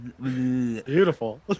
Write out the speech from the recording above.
beautiful